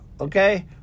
Okay